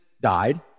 died